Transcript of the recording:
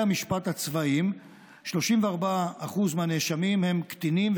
המשפט הצבאיים 34% מהנאשמים הם קטינים,